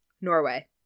norway